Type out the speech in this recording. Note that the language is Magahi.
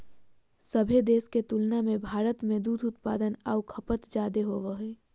सभे देश के तुलना में भारत में दूध उत्पादन आऊ खपत जादे होबो हइ